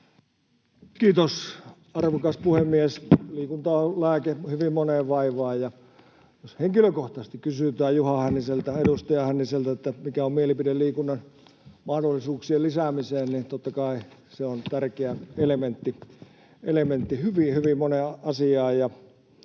Kiitos, arvokas puhemies! Liikunta on lääke hyvin moneen vaivaan. Ja jos henkilökohtaisesti kysytään edustaja Juha Hänniseltä, että mikä on mielipide liikunnan mahdollisuuksien lisäämiseen, niin totta kai se on tärkeä elementti hyvin hyvin moneen asiaan.